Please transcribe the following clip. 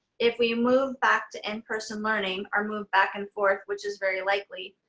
if we move back to in person learning, our moved back and forth which is very likely,